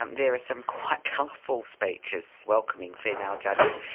um there are some quite colourful speeches welcoming female judges.